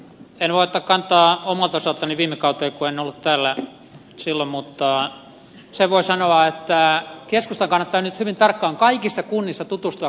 en voi ottaa kantaa omalta osaltani viime kauteen kun en ollut täällä silloin mutta sen voin sanoa että keskustan kannattaa nyt hyvin tarkkaan kaikissa kunnissa tutustua kuntataloustilanteeseen